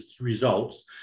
results